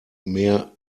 mehr